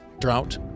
drought